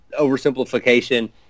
oversimplification